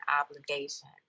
obligation